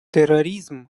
терроризм